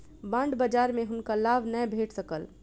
bond बजार में हुनका लाभ नै भेट सकल